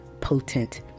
potent